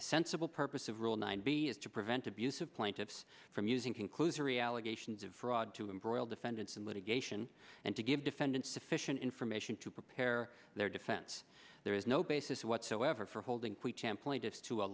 sensible purpose of rule nine b is to prevent abusive plaintiffs from using conclusory allegations of fraud to embroil defendants in litigation and to give defendants sufficient information to prepare their defense there is no basis whatsoever for holding